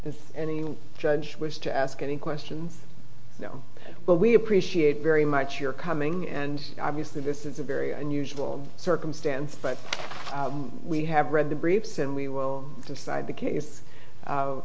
as any judge wish to ask any questions you know but we appreciate very much your coming and obviously this is a very unusual circumstance but we have read the briefs and we will decide the case